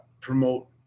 promote